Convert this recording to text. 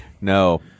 No